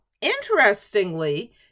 interestingly